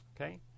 Okay